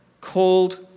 called